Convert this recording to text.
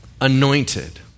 Anointed